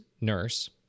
nurse